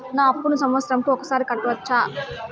నా అప్పును సంవత్సరంకు ఒకసారి కట్టవచ్చా?